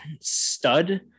stud